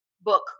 book